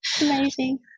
amazing